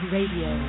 Radio